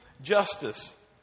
justice